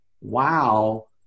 wow